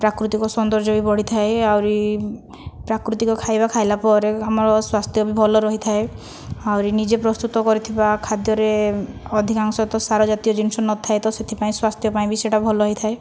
ପ୍ରାକୃତିକ ସୌନ୍ଦର୍ଯ୍ୟ ବି ବଢ଼ିଥାଏ ଆହୁରି ପ୍ରାକୃତିକ ଖାଇବା ଖାଇଲା ପରେ ଆମର ସ୍ୱାସ୍ଥ୍ୟ ବି ଭଲ ରହିଥାଏ ଆହୁରି ନିଜେ ପ୍ରସ୍ତୁତ କରିଥିବା ଖାଦ୍ୟରେ ଅଧିକାଂଶ ତ ସାର ଜାତୀୟ ଜିନିଷ ନଥାଏ ତ ସେଥିପାଇଁ ସ୍ୱାସ୍ଥ୍ୟ ପାଇଁ ବି ସେଇଟା ଭଲ ହୋଇଥାଏ